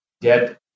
dead